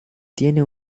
tiene